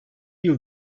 yıl